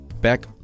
Back